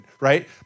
right